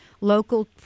Local